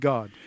God